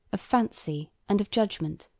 of fancy, and of judgment,